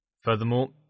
Furthermore